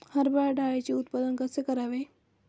हरभरा डाळीचे उत्पादन कसे करावे?